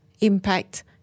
impact